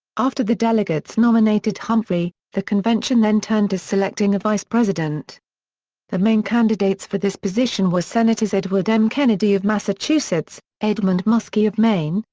after the delegates nominated humphrey, the convention then turned to selecting a vice-president. the main candidates for this position were senators edward m. kennedy of massachusetts, edmund muskie of maine,